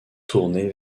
tournée